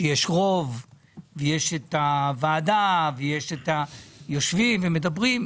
שיש רוב ויש את הוועדה וכי יושבים ומדברים.